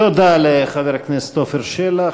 תודה לחבר הכנסת עפר שלח,